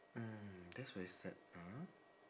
mm that's very sad mm